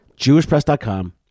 jewishpress.com